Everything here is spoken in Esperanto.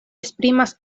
esprimas